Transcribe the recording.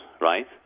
right